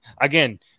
Again